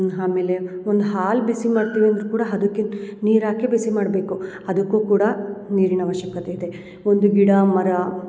ಆಮೇಲೆ ಒಂದು ಹಾಲು ಬಿಸಿ ಮಾಡ್ತೀನಿ ಅಂದರೂ ಕೂಡ ಅದಕ್ಕೆ ನೀರು ಹಾಕಿ ಬಿಸಿ ಮಾಡಬೇಕು ಅದಕ್ಕು ಕೂಡ ನೀರಿನ ಆವಶ್ಯಕತೆ ಇದೆ ಒಂದು ಗಿಡ ಮರ